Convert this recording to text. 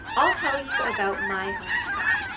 i'll tell you about my hometown